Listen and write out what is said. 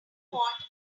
want